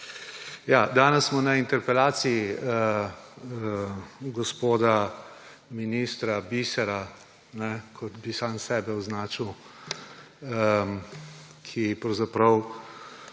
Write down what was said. Danes smo na interpelaciji gospoda ministra bisera, kot bi sam sebe označil. Pravzaprav